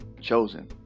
chosen